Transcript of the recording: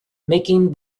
making